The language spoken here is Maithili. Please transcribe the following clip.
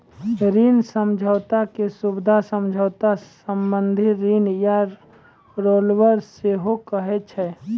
ऋण समझौता के सुबिधा समझौता, सावधि ऋण या रिवॉल्बर सेहो कहै छै